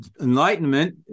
Enlightenment